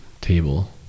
table